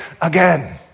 again